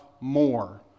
more